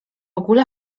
ogóle